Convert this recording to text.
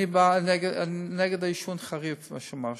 אני נגד עישון, חריף, כמו שאמרתי.